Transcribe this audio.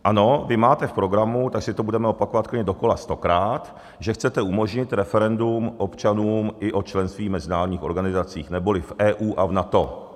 Ano, vy máte v programu, tak si to budeme opakovat klidně dokola stokrát, že chcete umožnit referendum občanům i o členství v mezinárodních organizacích neboli v EU a v NATO.